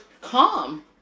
calm